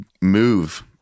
move